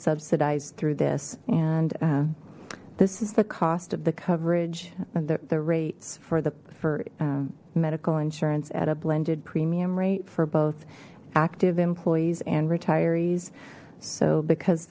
subsidized through this and this is the cost of the coverage of the rates for the for medical insurance at a blended premium rate for both active employees and retirees so because